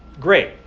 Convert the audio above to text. great